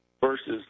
versus